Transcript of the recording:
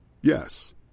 Yes